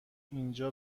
اینجا